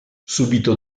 subito